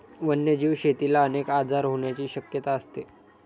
वन्यजीव शेतीला अनेक आजार होण्याची शक्यता असते